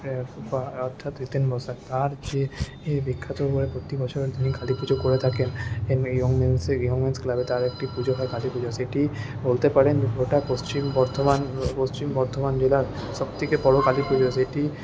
যে বিখ্যাত করে প্রতিবছর তিনি কালীপুজো করে থাকেন এই ওমেন্স ক্লাবে তার একটি পুজো হয় কালীপুজো সেটি বলতে পারেন গোটা পশ্চিম বর্ধমান পশ্চিম বর্ধমান জেলার সবথেকে বড়ো কালীপুজো সেটি